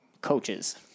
coaches